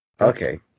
Okay